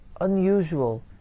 unusual